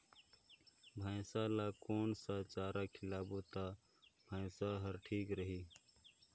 भैसा ला कोन सा चारा खिलाबो ता भैंसा हर ठीक रही?